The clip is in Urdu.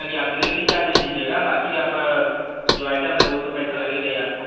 چلیے آپ ڈلیوری چارج نہیں دیجیے گا باقی آپ جو آئٹم ہے وہ تو پیسہ لگے گا ہی آپ کو